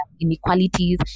inequalities